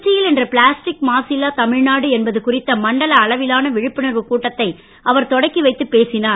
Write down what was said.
திருச்சி யில் இன்று பிளாஸ்டிக் மாசில்லா தமிழ்நாடு என்பது குறித்த மண்டல அளவிலான விழிப்புணர்வுக் கூட்டத்தை அவர் தொடக்கிவைத்துப் பேசினார்